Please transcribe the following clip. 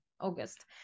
August